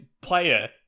player